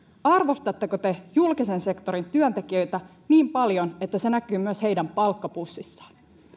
arvostatteko te julkisen sektorin työntekijöitä niin paljon että se näkyy myös heidän palkkapussissaan